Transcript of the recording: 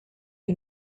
you